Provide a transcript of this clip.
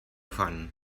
fan